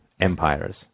empires